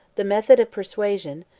the method of persuasion,